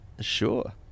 Sure